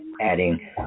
adding